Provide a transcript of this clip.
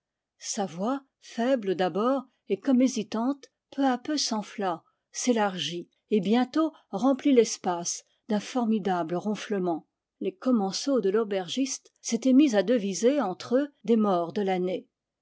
sa voix faible d'abord et comme hésitante peu à peu s'enfla s'élargit et bientôt remplit l'espace d'un formidable ronflement les commensaux de f aubergiste s'étaient mis à deviser entre eux des morts de l'année